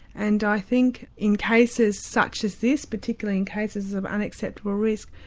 and i think in cases such as this, particularly in cases of unacceptable risk,